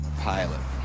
Pilot